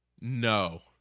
No